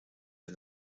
der